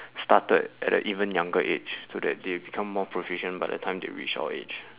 started at an even younger age so that they become more proficient by the time they reach our age